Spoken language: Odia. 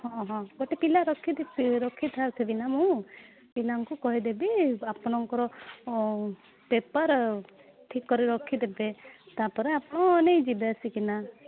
ହଁ ହଁ ଗୋଟେ ପିଲା ରଖିଥିବି ରଖିଥାଉ ଥିବି ନା ମୁଁ ପିଲାଙ୍କୁ କହିଦେବି ଆପଣଙ୍କର ପେପର୍ ଠିକ୍ କରି ରଖି ଦେବେ ତା'ପରେ ଆପଣ ନେଇଯିବେ ଆସିକି ନା